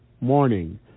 Morning